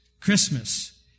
Christmas